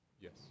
Yes